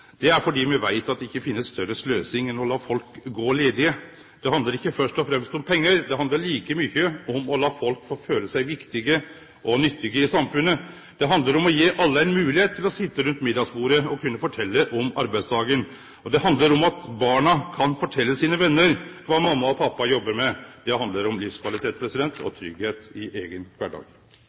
Det er fordi me veit at det ikkje finst større sløsing enn å la folk gå ledige. Det handlar ikkje først og fremst om pengar, det handlar like mykje om å la folk få føle seg viktige og nyttige i samfunnet. Det handlar om å gje alle moglegheit til å sitje rundt middagsbordet og fortelje om arbeidsdagen. Det handlar om at barna kan fortelje sine vener kva mamma og pappa jobbar med. Det handlar om livskvalitet og tryggleik i eigen kvardag.